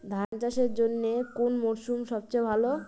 ধান চাষের জন্যে কোন মরশুম সবচেয়ে ভালো?